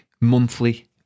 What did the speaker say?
monthly